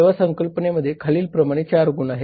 सेवा संकल्पनेमध्ये खालीलप्रमाणे 4 गुण आहेत